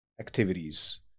activities